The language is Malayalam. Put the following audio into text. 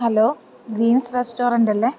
hello Greens റെസ്റ്റോറൻറ്റല്ലേ